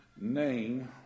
name